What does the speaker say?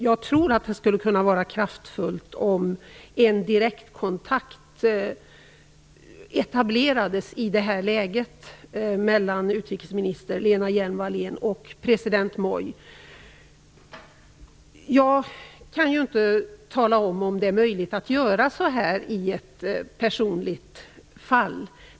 Jag tror att det skulle kunna vara kraftfullt om en direktkontakt mellan utrikesminister Lena Hjelm Wallén och president Moi etablerades i det här läget. Jag vet inte om det kan vara möjligt att göra så här i ett personligt fall.